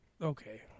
Okay